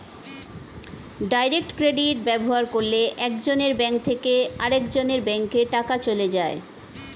direct credit ব্যবহার করলে একজনের ব্যাঙ্ক থেকে আরেকজনের ব্যাঙ্কে টাকা চলে যায়